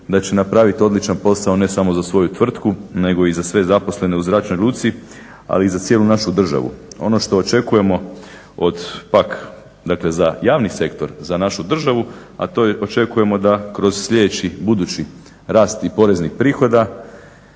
da će napravit odličan posao ne samo za svoju tvrtku nego i za sve zaposlene u zračnoj luci, ali i za cijelu našu državu. Ono što očekujemo od pak, za javni sektor, za našu državu, a to je očekujemo da kroz sljedeći, budući rast i poreznih prihoda.